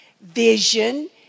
vision